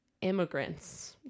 immigrants